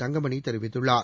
தங்கமணி தெரிவித்துள்ளார்